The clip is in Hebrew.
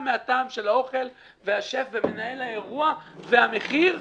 מהטעם של האוכל והשף ומנהל האירוע והמחיר,